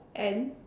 and